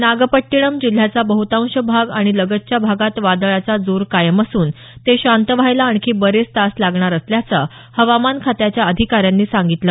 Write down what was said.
नागप्पट्टीणम जिल्ह्याचा बहुतांश भाग आणि लगतच्या भागात वादळाचा जोर कायम असून ते शांत व्हायला आणखी बरेच तास लागणार असल्याचं हवामान खात्याच्या अधिकाऱ्यांनी सांगितलं